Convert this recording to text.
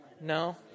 No